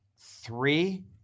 three